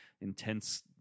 intense